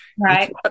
right